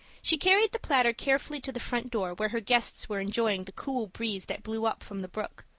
she carried the platter carefully to the front door where her guests were enjoying the cool breeze that blew up from the brook.